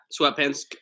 sweatpants